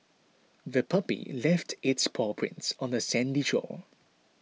the puppy left its paw prints on the sandy shore